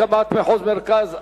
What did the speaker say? הקמת מחוז מרכז),